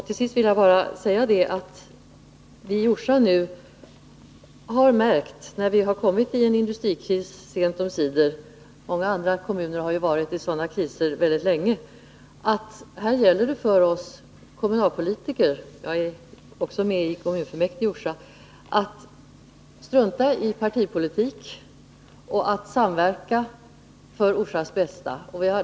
Till sist vill jag bara säga att vi i Orsa nu har märkt, när vi sent omsider har kommit in i en industrikris — många andra kommuner har ju varit i sådana kriser länge - att det gäller för oss kommunalpolitiker att strunta i partipolitik och samverka för Orsas bästa. Jag är själv med i kommunfullmäktige i Orsa.